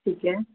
ਠੀਕ ਹੈ